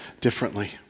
differently